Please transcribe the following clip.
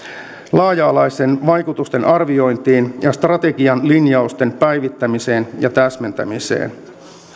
laaja alaiseen vaikutusten arviointiin ja strategian linjausten päivittämiseen ja täsmentämiseen